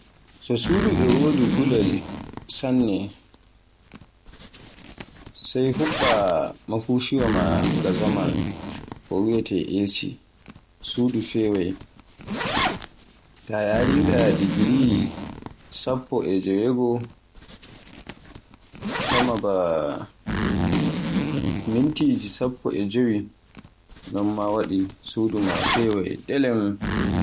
So suudu ma e wodi gulol sanne to a huɓɓi mafushiwaa ma nga zaman ko wi'ete AC, suudu fewai, ta yaari nga degree sappo e jewegoo, kama ba mintiji sappo e jew, non waɗi suudu fewai delem.